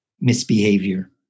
misbehavior